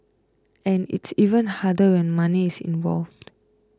and it's even harder when money is involved